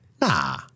Nah